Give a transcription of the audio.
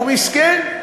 הוא מסכן,